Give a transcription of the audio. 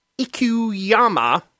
Ikuyama